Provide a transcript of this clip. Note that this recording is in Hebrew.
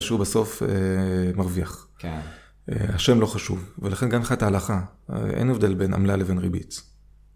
שהוא בסוף מרוויח, השם לא חשוב ולכן גם לך תהלכה, אין הבדל בין עמלה לבין ריבית.